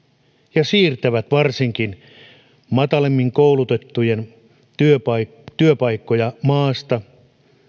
ja siirtävät varsinkin matalammin koulutettujen työpaikkoja työpaikkoja maasta